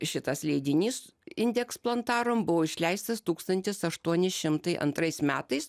šitas leidinys indeks plantarum buvo išleistas tūkstantis aštuoni šimtai antrais metais